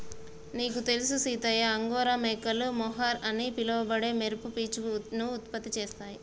నీకు తెలుసు సీతయ్య అంగోరా మేకలు మొహర్ అని పిలవబడే మెరుపు పీచును ఉత్పత్తి చేస్తాయి